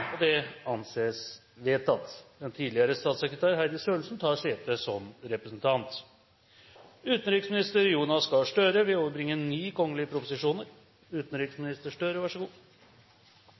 Det anses vedtatt. Den tidligere statssekretær, Heidi Sørensen, tar sete som representant. Stortinget mottok mandag meddelelse fra Statsministerens kontor om at utenriksminister Jonas Gahr Støre